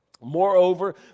Moreover